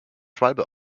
schwalbe